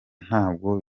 ntabwo